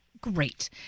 great